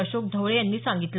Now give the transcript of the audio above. अशोक ढवळे यांनी सांगितलं